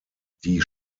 die